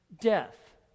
death